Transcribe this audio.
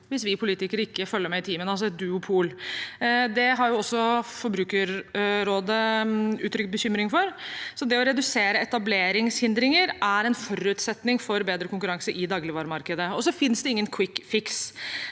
hvis vi politikere ikke følger med i timen, altså et duopol. Det har også Forbrukerrådet uttrykt bekymring for. Så det å redusere etableringshindringer er en forutsetning for bedre konkurranse i dagligvaremarkedet. Det finnes ingen kvikkfiks.